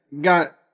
got